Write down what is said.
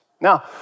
Now